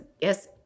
yes